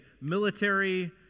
military